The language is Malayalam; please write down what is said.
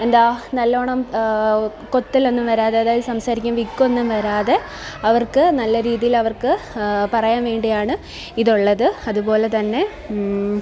എന്താണ് നല്ലവണ്ണം കൊത്തലൊന്നും വരാതെ അതായത് സംസാരിക്കാന് വിക്കൊന്നും വരാതെ അവര്ക്ക് നല്ല രീതിയില് അവര്ക്ക് പറയാന് വേണ്ടിയാണ് ഇതുള്ളത് അതുപോലെത്തന്നെ